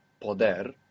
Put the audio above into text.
poder